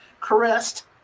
caressed